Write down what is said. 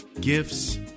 gifts